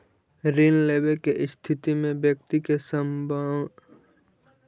ऋण लेवे के स्थिति में व्यक्ति के बंधक के रूप में जे सामान रखे पड़ऽ हइ ओकरा सिक्योरिटी के रूप में स्वीकारल जा हइ